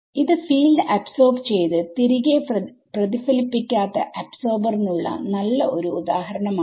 ഇത് field absorb ചെയ്ത് തിരികെ പ്രതിഫലിപ്പിക്കാത്ത അബ്സോർബർ നുള്ള നല്ല ഒരു ഉദാഹരണം ആണ്